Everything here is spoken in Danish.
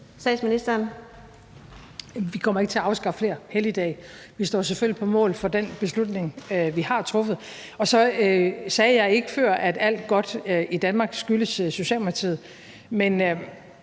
Vi kommer ikke til at afskaffe flere helligdage. Vi står selvfølgelig på mål for den beslutning, vi har truffet, og så sagde jeg ikke før, at alt godt i Danmark skyldes Socialdemokratiet. Men